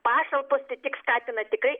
pašalpos tai tik skatina tikrai